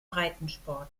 breitensport